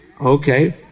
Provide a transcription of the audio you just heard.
Okay